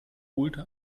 holte